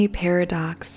paradox